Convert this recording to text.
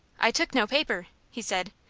i took no paper, he said.